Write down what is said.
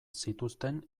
zituzten